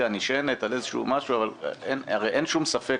נשענים על משהו קודם אבל אין שום ספק